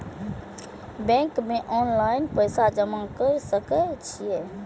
Bank में online पैसा जमा कर सके छीये?